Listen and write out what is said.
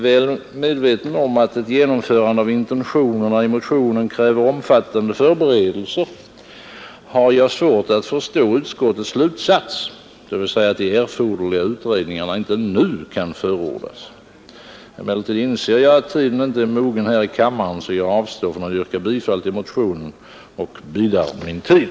Väl medveten om att ett genomförande av intentionerna i motionen kräver omfattande förberedelser har jag svårt att förstå utskottets slutsats, dvs. att de erforderliga utredningarna inte nu kan förordas. Emellertid inser jag att tiden inte ät mogen här i kammaren, och jag avstår därför från att yrka bifall till motionen och bidar min tid.